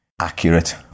accurate